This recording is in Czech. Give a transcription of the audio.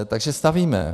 Takže stavíme.